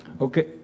Okay